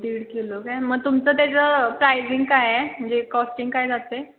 दीड किलो काय मग तुमचं त्याचं प्राईजिंग काय आहे म्हणजे कॉस्टिंग काय जातं आहे